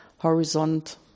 horizont